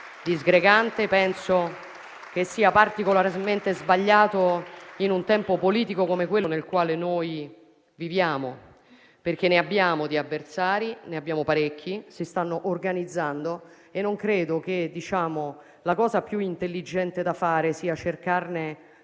disgregante e penso che sia particolarmente sbagliato in un tempo politico come quello nel quale viviamo, perché ne abbiamo parecchi di avversari, che si stanno organizzando e non credo che la cosa più intelligente da fare sia cercarne